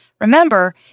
Remember